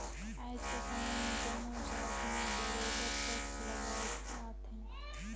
आएज कर समे में जम्मो जाएत में बरोबेर टेक्स लगाल जाथे